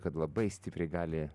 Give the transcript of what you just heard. kad labai stipriai gali